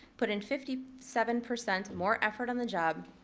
put in fifty seven percent more effort in the job,